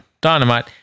Dynamite